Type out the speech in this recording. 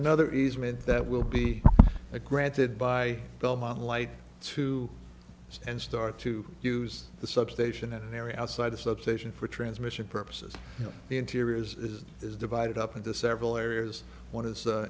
another easement that will be a granted by belmont light to and start to use the substation in an area outside of substation for transmission purposes you know the interior is is divided up into several areas one is a